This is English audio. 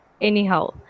anyhow